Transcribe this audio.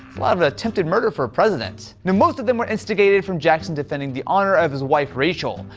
lot of attempted murder for a president. now most of them were instigated from jackson defending the honor of his wife rachel.